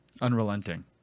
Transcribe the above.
unrelenting